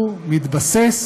הוא מתבסס